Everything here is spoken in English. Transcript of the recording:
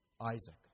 Isaac